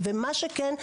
מה שכן,